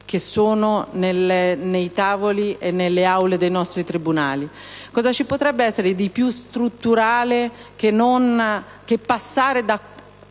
pendenti sui tavoli e nelle aule dei nostri tribunali? Cosa ci potrebbe essere di più strutturale che ridurre da